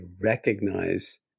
recognize